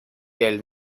del